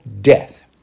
death